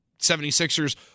76ers